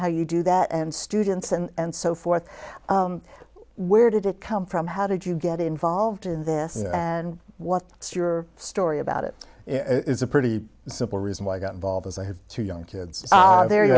how you do that and students and so forth where did it come from how did you get involved in this and what's your story about it is a pretty simple reason why i got involved as i have two young kids there